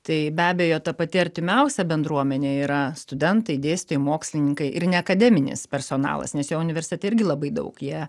tai be abejo ta pati artimiausia bendruomenė yra studentai dėstytojai mokslininkai ir neakademinis personalas nes jo universitete irgi labai daug jie